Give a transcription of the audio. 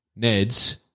Ned's